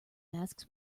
masks